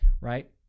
right